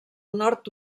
nord